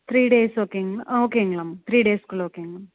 three days ஓகேங்களா ஆ ஓகேங்களாம் த்ரீ டேஸ்குள்ளே ஓகேங்களாம்